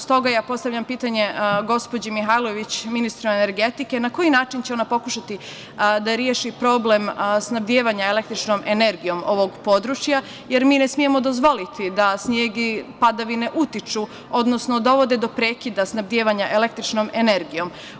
Stoga ja postavljam pitanje gospođi Mihajlović, ministru energetike – na koji način će ona pokušati da reši problem snabdevanja električnom energijom ovog područja, jer mi ne smemo dozvoliti da sneg i padavine utiču, odnosno dovode do prekida snabdevanja električnom energijom.